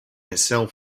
itself